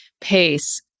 pace